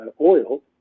oil